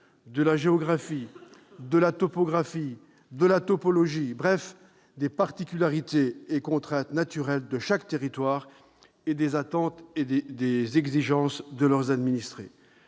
de la géographie, de la topographie, de la topologie, bref, des particularités et contraintes naturelles de chaque territoire et des attentes et exigences de leurs administrés.